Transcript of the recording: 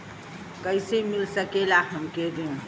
कइसे मिल सकेला हमके ऋण?